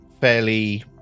fairly